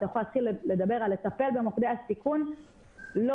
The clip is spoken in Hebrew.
אתה יכול להתחיל לדבר על הטיפול במוקדי הסיכון לא